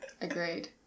Agreed